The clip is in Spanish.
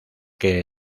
que